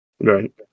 Right